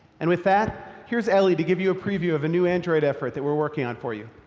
and with that, here is ellie to give you a preview of a new android effort that we're working on for you.